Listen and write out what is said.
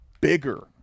bigger